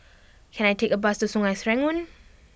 can I take a bus to Sungei Serangoon